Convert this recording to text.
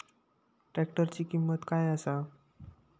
ट्रॅक्टराची किंमत काय आसा?